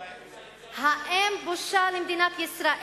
איך היא מדברת?